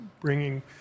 bringing